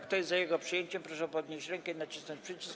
Kto jest za jego przyjęciem, proszę podnieść rękę i nacisnąć przycisk.